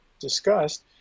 discussed